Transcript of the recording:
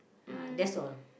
uh that's all